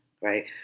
right